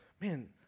man